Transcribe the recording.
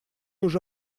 уже